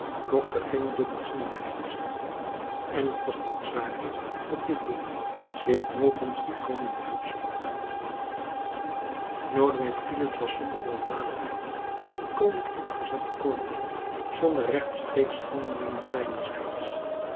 mocht er geen dubbelzinnigheid bestaan en t was noodzakelijk dat dit boek zich nopens dien koning uitsprak lodewijk filips was zonder gewelddadigheid tot het koninklijk gezag gekomen zonder rechtstreeksche handeling zijnerzijds